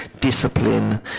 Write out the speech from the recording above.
discipline